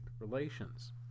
relations